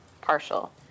partial